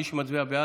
מי שמצביע בעד,